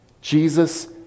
Jesus